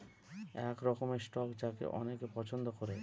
এক রকমের স্টক যাকে অনেকে পছন্দ করে